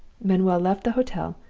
manuel left the hotel,